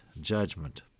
judgment